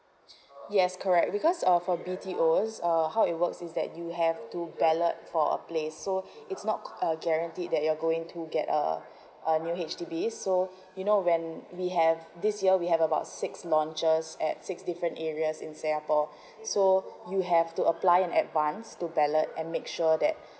yes correct because uh for B_T_O uh how it works is that you have to ballot for a place so it's not uh guaranteed that you're going to get uh a new H_D_B so you know when we have this year we have about six launchers at six different areas in singapore so you have to apply in advance to ballot and make sure that